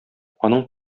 аның